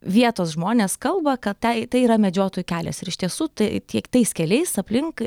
vietos žmonės kalba kad tai tai yra medžiotojų kelias ir iš tiesų tai tiek tais keliais aplink